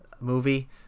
movie